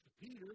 Peter